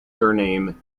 surname